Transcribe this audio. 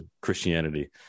Christianity